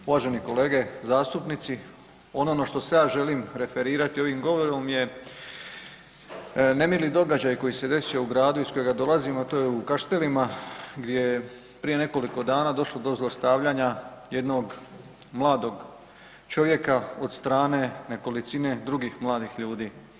Uvaženi kolege zastupnice ono na što se ja želim referirati ovim govorom je nemili događaj koji se desio u gradu iz kojega dolazim, a to je u Kaštelima gdje je prije nekoliko dana došlo do zlostavljanja jednog mladog čovjeka od strane nekolicine drugih mladih ljudi.